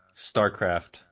StarCraft